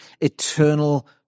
eternal